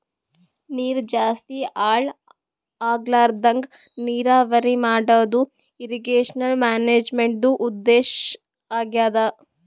ನೀರ್ ಜಾಸ್ತಿ ಹಾಳ್ ಆಗ್ಲರದಂಗ್ ನೀರಾವರಿ ಮಾಡದು ಇರ್ರೀಗೇಷನ್ ಮ್ಯಾನೇಜ್ಮೆಂಟ್ದು ಉದ್ದೇಶ್ ಆಗ್ಯಾದ